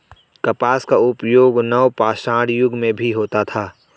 कपास का उपयोग नवपाषाण युग में भी होता था